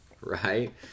right